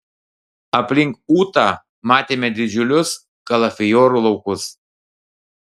aplink ūtą matėme didžiulius kalafiorų laukus